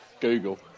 Google